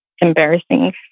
embarrassing